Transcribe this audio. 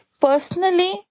Personally